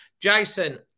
Jason